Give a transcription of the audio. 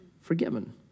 forgiven